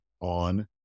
on